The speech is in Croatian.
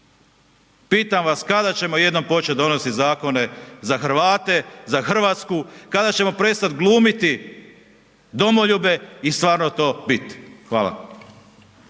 Pitam vas kada ćemo jednom početi donositi zakone za Hrvate, za Hrvatsku, kada ćemo prestati glumiti domoljube i stvarno to biti. Hvala.